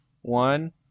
one